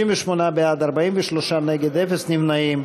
58 בעד, 43 נגד, אפס נמנעים.